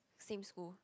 same school